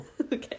Okay